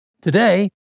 Today